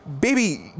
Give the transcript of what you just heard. baby